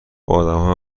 ادمها